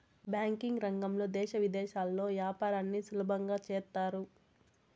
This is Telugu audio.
బ్యాంకింగ్ రంగంలో దేశ విదేశాల్లో యాపారాన్ని సులభంగా చేత్తారు